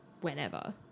whenever